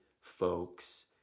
folks